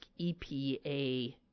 EPA